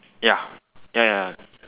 ya ya ya ya